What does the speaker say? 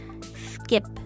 skip